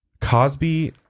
Cosby